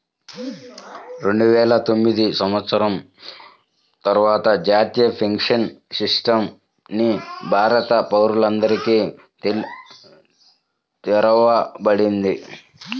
రెండువేల తొమ్మిది సంవత్సరం తర్వాత జాతీయ పెన్షన్ సిస్టమ్ ని భారత పౌరులందరికీ తెరవబడింది